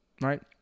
Right